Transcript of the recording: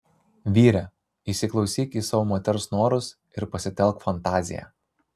vyre įsiklausyk į savo moters norus ir pasitelk fantaziją